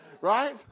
Right